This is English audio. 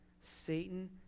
Satan